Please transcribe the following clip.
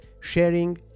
sharing